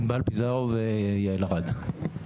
הנשים הן ענבל פיזרו ויעל ארד.